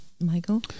Michael